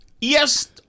Yes